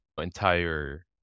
entire